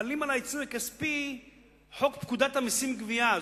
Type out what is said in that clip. חלה על העיצום הכספי פקודת המסים (גבייה).